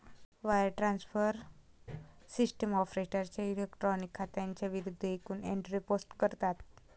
wire transfer system ऑपरेटरच्या electronic खात्यांच्या विरूद्ध एकूण एंट्री पोस्ट करतात